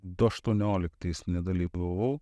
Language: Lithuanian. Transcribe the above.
du aštuonioliktais nedalyvavau